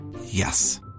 Yes